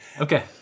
Okay